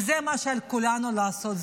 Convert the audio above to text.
וזה מה שעל כולנו לעשות,